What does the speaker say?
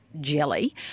jelly